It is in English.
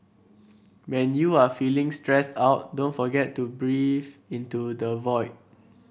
when you are feeling stressed out don't forget to breathe into the void